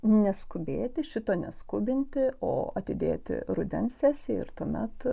neskubėti šito neskubinti o atidėti rudens sesijai ir tuomet